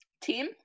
Team